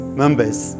members